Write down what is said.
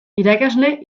irakasle